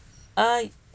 uh uh